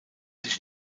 sich